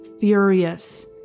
furious